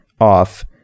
off